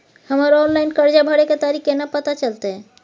हमर ऑनलाइन कर्जा भरै के तारीख केना पता चलते?